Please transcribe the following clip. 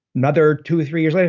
another two or three years later,